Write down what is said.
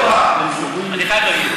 אני חייב להגיב.